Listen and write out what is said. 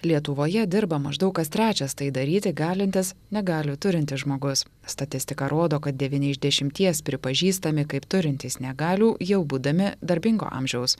lietuvoje dirba maždaug kas trečias tai daryti galintis negalią turintis žmogus statistika rodo kad devyni iš dešimties pripažįstami kaip turintys negalių jau būdami darbingo amžiaus